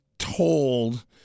told